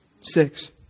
Six